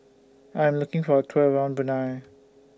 I Am looking For A Tour around Brunei